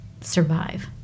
survive